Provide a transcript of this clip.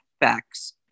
facts